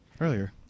earlier